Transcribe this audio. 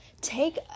Take